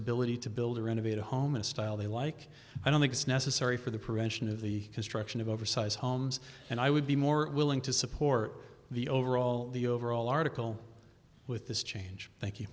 ability to build or renovate a home a style they like i don't think it's necessary for the prevention of the construction of oversized homes and i would be more willing to support the overall the overall article with this change thank